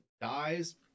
dies